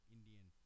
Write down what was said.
Indian